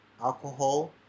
alcohol